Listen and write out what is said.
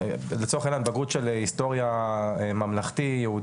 לצורך העניין בגרות של היסטוריה ממלכתי-יהודי,